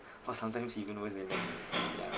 but sometimes she even worse than me ah yeah